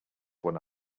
one